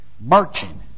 marching